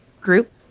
group